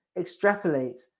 extrapolate